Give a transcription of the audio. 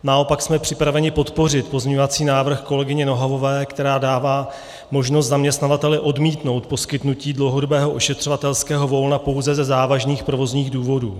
Naopak jsme připraveni podpořit pozměňovací návrh kolegyně Nohavové, která dává možnost zaměstnavateli odmítnout poskytnutí dlouhodobého ošetřovatelského volna pouze ze závažných provozních důvodů.